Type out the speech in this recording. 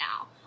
now